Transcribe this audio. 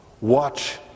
watch